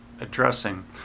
addressing